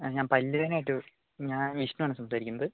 ആ ഞാൻ പല്ല് വേദനയായിട്ട് ഞാൻ വിഷ്ണുവാണ് സംസാരിക്കുന്നത്